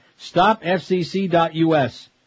Stopfcc.us